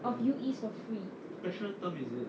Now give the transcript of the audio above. of U_Es for free